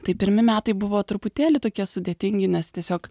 tai pirmi metai buvo truputėlį tokie sudėtingi nes tiesiog